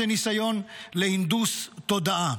ככה, איזה ניסיון להנדוס תודעה.